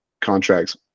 contracts